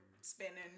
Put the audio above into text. spinning